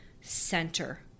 center